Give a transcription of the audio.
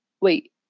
wait